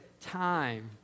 time